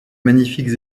magnifiques